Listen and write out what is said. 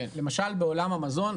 למשל בעולם המזון,